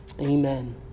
Amen